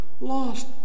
lost